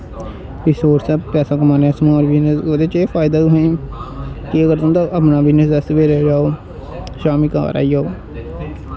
source ऐ पैसा कमाने दा समाल बिजनस एह्दै च एह् फायदा तुसें कि अपना बिजनस आ सवेरे जाओ शाम्मीं घर आई जाओ